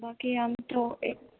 બાકી આમ તો એ